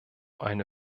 eine